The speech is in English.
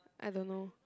I don't know